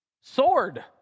Sword